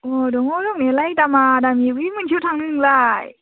अ दङ दंनायालाय दामा दामि बबे मोनसेयाव थांनो नोंलाय